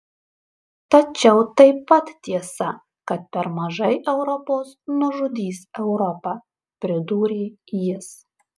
tačiau taip pat tiesa kad per mažai europos nužudys europą pridūrė jis